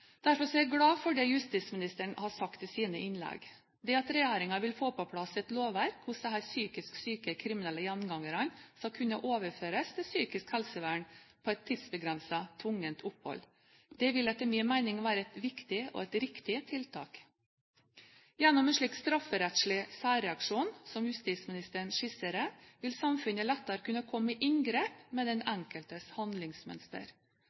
Derfor er jeg glad for det justisministeren sa i sine innlegg. Det at regjeringen vil få på plass et lovverk, hvor disse psykisk syke kriminelle gjengangerne skal kunne overføres til psykisk helsevern på et tidsbegrenset tvunget opphold, vil etter min mening være et viktig og et riktig tiltak. Gjennom en slik strafferettslig særreaksjon som justisministeren skisserer, vil samfunnet lettere kunne komme i inngrep med den enkeltes handlingsmønster.